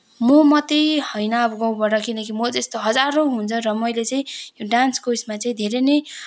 म मात्रै होइन अब गाउँबाट किनकि म जस्तो हजारौँ हुन्छ र मैले चाहिँ यो डान्सको उसमा चाहिँ धेरै नै